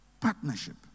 Partnership